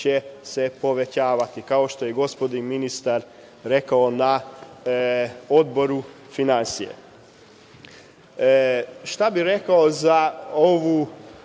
će se povećavati, kao što je gospodin ministar rekao na Odboru finansija. Šta bi rekao za ovaj